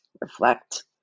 reflect